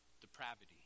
depravity